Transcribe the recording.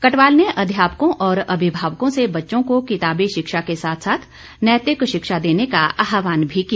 कटवाल ने अध्यापकों और अभिभावकों से बच्चों को किताबी शिक्षा के साथ साथ नैतिक शिक्षा देने का आहवान भी किया